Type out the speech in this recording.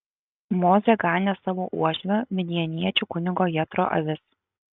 mozė ganė savo uošvio midjaniečių kunigo jetro avis